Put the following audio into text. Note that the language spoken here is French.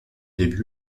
début